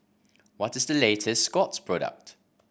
what is the latest Scott's product